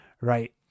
right